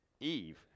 Eve